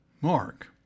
Mark